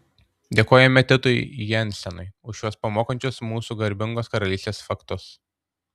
dėkojame titui jensenui už šiuos pamokančius mūsų garbingos karalystės faktus